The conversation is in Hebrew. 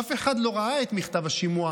אף אחד מהעיתונים לא ראה את מכתב השימוע,